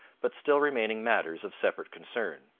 but still remaining matters of separate concern.